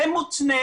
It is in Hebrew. זה מותנה,